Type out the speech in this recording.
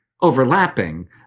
overlapping